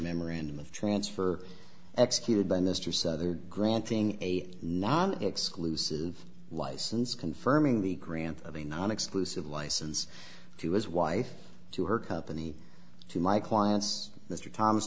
memorandum of transfer executed by mr souther granting a non exclusive license confirming the grant of a non exclusive license to his wife to her company to my client's mr thomas